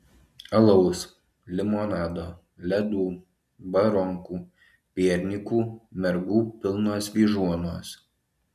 alaus limonado ledų baronkų piernykų mergų pilnos vyžuonos